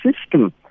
system